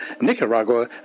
Nicaragua